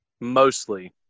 Mostly